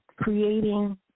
creating